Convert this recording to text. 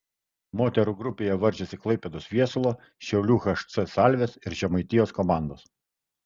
moterų grupėje varžėsi klaipėdos viesulo šiaulių hc salvės ir žemaitijos komandos